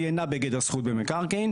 היא אינה בגדר זכות במקרקעין.